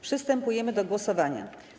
Przystępujemy do głosowania.